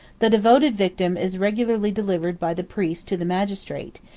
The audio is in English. the devoted victim is regularly delivered by the priest to the magistrate,